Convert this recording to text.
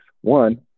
One